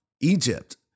Egypt